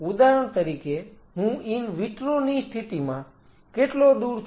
ઉદાહરણ તરીકે હું ઈન વિટ્રો ની સ્થિતિમાં કેટલો દૂર છું